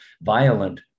violent